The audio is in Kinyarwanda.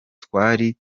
twari